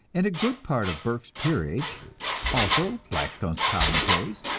and a good part of burke's peerage also blackstone's commentaries,